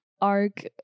arc